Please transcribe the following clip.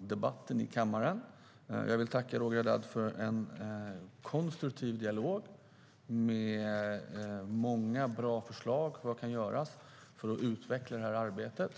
debatten i kammaren. Jag vill tacka Roger Haddad för en konstruktiv dialog med många bra förslag på vad jag kan göra för att utveckla arbetet.